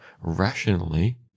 Rationally